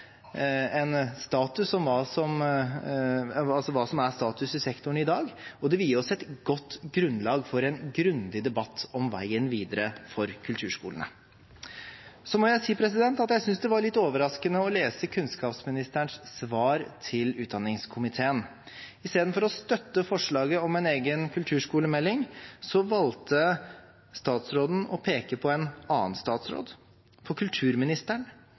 er status i sektoren i dag, og det vil gi oss et godt grunnlag for en grundig debatt om veien videre for kulturskolene. Så må jeg si at jeg synes det var litt overraskende å lese kunnskapsministerens svar til utdanningskomiteen. Istedenfor å støtte forslaget om en egen kulturskolemelding valgte statsråden å peke på en annen statsråd, på kulturministeren,